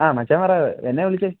ആഹ് മച്ചാൻ പറ എന്ന വിളിച്ചത്